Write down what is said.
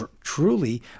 truly